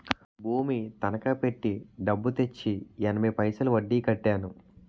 భూమి తనకా పెట్టి డబ్బు తెచ్చి ఎనభై పైసలు వడ్డీ కట్టాను